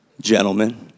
gentlemen